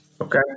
Okay